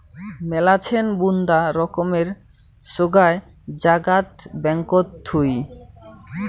মেলাছেন বুন্দা রকমের সোগায় জাগাত ব্যাঙ্কত থুই